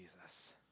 Jesus